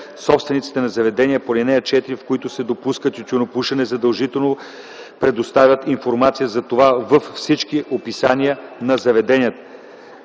Собствениците на заведения по ал. 4, в които се допуска тютюнопушене, задължително предоставят информация за това във всички описания на заведенията,